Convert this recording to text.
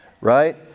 right